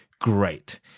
Great